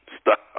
Stop